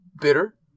bitter